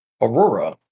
Aurora